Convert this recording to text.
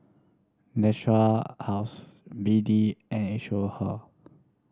Natura House B D and